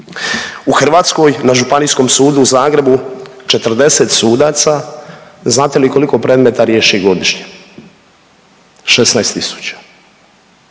U Hrvatskoj na Županijskom sudu u Zagrebu 40 sudaca, znate li koliko predmeta riješi godišnje? 16